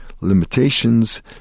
limitations